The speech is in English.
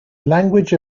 language